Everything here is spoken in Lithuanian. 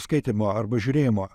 skaitymo arba žiūrėjimo